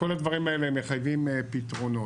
כל הדברים האלה מחייבים פתרונות.